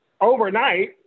overnight